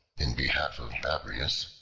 in behalf of babrias,